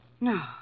No